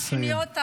תרשה לי כמה שניות.